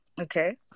okay